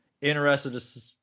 interested